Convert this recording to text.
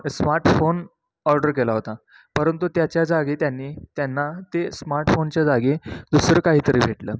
smartphone order केला होता परंतु त्याच्या जागी त्यांनी त्यांना ते स्मार्टफोनच्या जागी दुसरं काहीतरी भेटलं